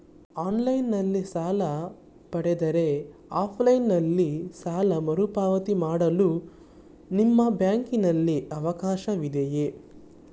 Online ನಲ್ಲಿ ಸಾಲ ಪಡೆದರೆ ಆಫ್ಲೈನ್ ನಲ್ಲಿ ಸಾಲ ಮರುಪಾವತಿ ಮಾಡಲು ನಿಮ್ಮ ಬ್ಯಾಂಕಿನಲ್ಲಿ ಅವಕಾಶವಿದೆಯಾ?